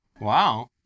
Wow